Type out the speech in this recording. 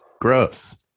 Gross